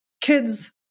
kids